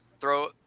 throw